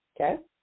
Okay